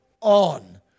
on